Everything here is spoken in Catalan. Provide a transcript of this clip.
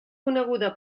coneguda